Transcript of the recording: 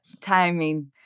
timing